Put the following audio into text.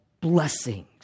blessings